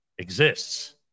Exists